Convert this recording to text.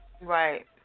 Right